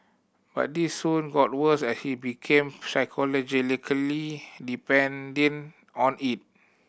but this soon got worse as he became psychologically depending on it